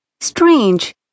Strange